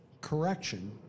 correction